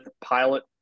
Pilot